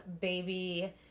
baby